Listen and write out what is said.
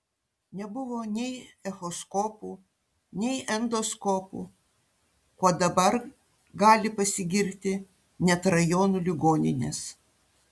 nebuvo nei echoskopų nei endoskopų kuo dabar gali pasigirti net rajonų ligoninės